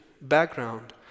background